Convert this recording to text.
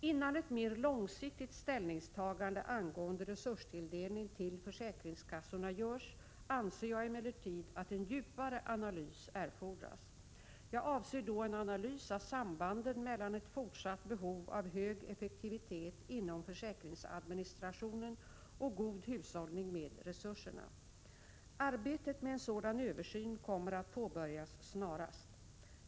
Innan ett mer långsiktigt ställningstagande angående resurstilldelning till försäkringskassorna görs anser jag emellertid att en djupare analys erfordras. Jag avser då en analys av sambanden mellan ett fortsatt behov av hög effektivitet inom försäkringsadministrationen och god hushållning med resurserna. Arbetet med en sådan översyn kommer att påbörjas snarast.